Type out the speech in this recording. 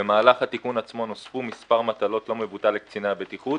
במהלך התיקון עצמו נוספו מספר מטלות לא מבוטל לקציני הבטיחות,